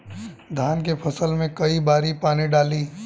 धान के फसल मे कई बारी पानी डाली?